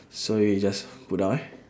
so you just put down ah